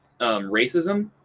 racism